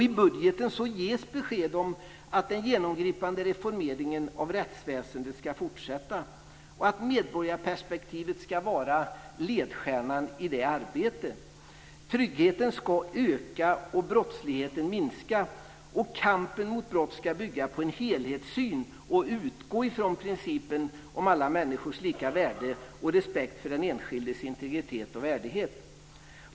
I budgeten ges besked om att den genomgripande reformeringen av rättsväsendet ska fortsätta, och att medborgarperspektivet ska vara ledstjärnan i det arbetet. Tryggheten ska öka, och brottsligheten minska. Kampen mot brott ska bygga på en helhetssyn och utgå från principen om alla människors lika värde och respekt för den enskildes integritet och värdighet.